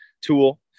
tool